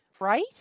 Right